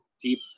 deep